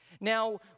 Now